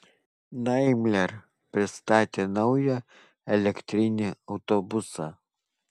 daimler pristatė naują elektrinį autobusą